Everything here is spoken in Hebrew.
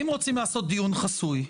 אם רוצים לעשות דיון חסוי,